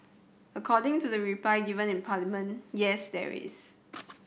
according to the reply given in Parliament yes there is